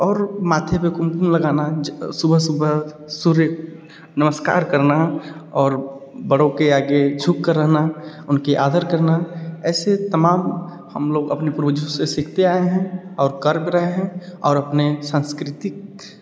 और माथे पे कुमकुम लगाना ज सुबह सुबह सूर्य नमस्कार करना और बड़ों के आगे झुककर रहना उनकी आदर करना ऐसे तमाम हम लोग अपने पूर्वजों से सीखते आए हैं और कर भी रहे हैं और अपने साँस्कृतिक